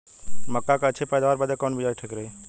मक्का क अच्छी पैदावार बदे कवन बिया ठीक रही?